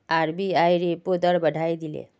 RBI repo दर बढ़ाए दिले